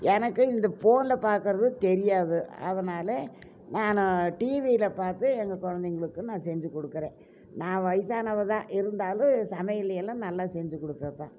எனக்கு இது ஃபோனில் பார்க்கறது தெரியாது அதனால் நான் டிவியில் பார்த்து எங்கள் குழந்தைங்களுக்கு நான் செஞ்சுக் கொடுக்கறேன் நான் வயசானவ தான் இருந்தாலும் சமையல் எல்லாம் நல்லா செஞ்சுக் கொடுப்பேன்பா